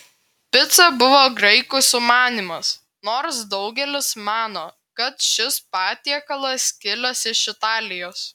pica buvo graikų sumanymas nors daugelis mano kad šis patiekalas kilęs iš italijos